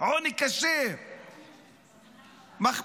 עוני קשה, מחפיר.